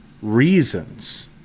Reasons